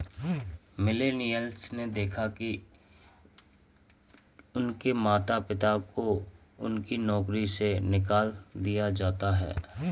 millennials ने देखा है कि उनके माता पिता को उनकी नौकरी से निकाल दिया जाता है